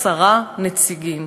עשרה נציגים,